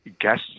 gas